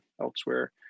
elsewhere